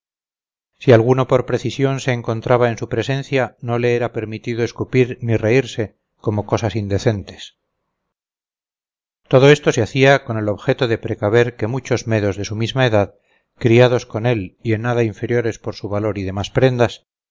si alguno por precisión se encontraba en su presencia no le era permitido escupir ni reírse como cosas indecentes todo esto se hacía con el objeto de precaver que muchos medos de su misma edad criados con él y en nada inferiores por su valor y demás prendas